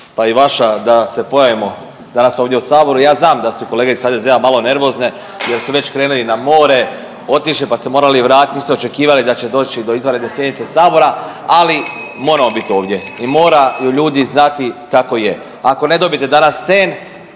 pa i vaša da se pojavimo danas ovdje u saboru. Ja znam da su kolege iz HDZ-a malo nervozne jer su već krenili na more, otišli pa se morali vratiti, nisu očekivali da će doći do izvanredne sjednice sabora, ali moramo biti ovdje i moraju ljudi znati kako je. Ako ne dobijete danas ten